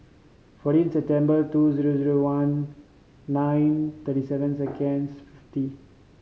fourteen September two zero zero one nine thirty seven seconds fifty